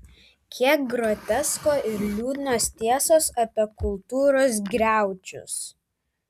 kiek grotesko ir liūdnos tiesos apie kultūros griaučius